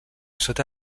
sota